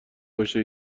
باشه